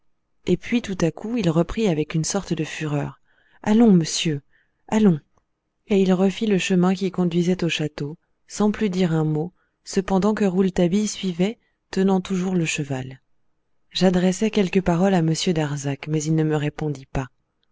et puis tout à coup avec une sorte de fureur allons monsieur allons et il refit le chemin qui conduisait au château sans plus dire un mot cependant que rouletabille suivait tenant toujours le cheval j'adressai quelques paroles à m darzac mais il ne me répondit pas